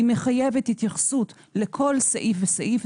היא מחייבת התייחסות לכל סעיף וסעיף.